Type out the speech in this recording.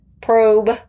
probe